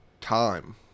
time